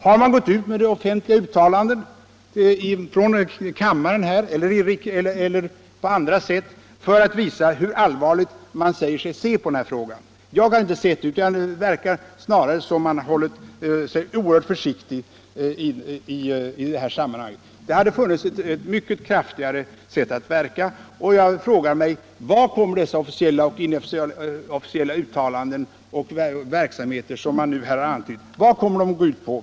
Har man gått ut med offentliga uttalanden från denna kammare eller på andra sätt sökt visa hur allvarligt man säger sig se på denna fråga? Jag har inte märkt något sådant, utan det verkar snarare som om man är oerhört försiktig i det här sammanhanget. Det hade funnits ett mycket mer effektivt sätt att verka, och jag frågar mig: Vad kommer dessa officiella och inofficiella uttalanden och verksamheter, som man nu här har antytt, att gå ut på?